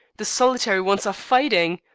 the solitary ones are fighting!